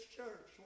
church